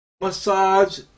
massage